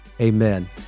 Amen